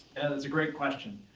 and that's a great question.